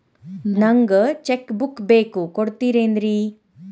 ನಂಗ cheque book ಬೇಕು ಕೊಡ್ತಿರೇನ್ರಿ?